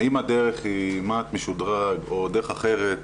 האם הדרך היא מה"ט משודרג או דרך אחרת,